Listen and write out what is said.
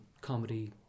comedy